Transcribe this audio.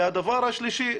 הדבר השלישי,